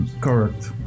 Correct